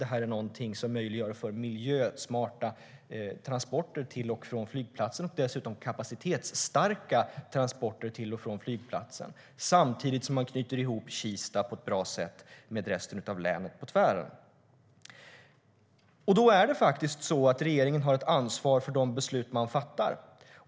Det möjliggör för miljösmarta transporter till och från flygplatsen - dessutom kapacitetsstarka transporter till och från flygplatsen - samtidigt som man knyter ihop Kista på ett bra sätt med resten av länet på tvären. Regeringen har ett ansvar för de beslut man fattar.